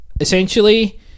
essentially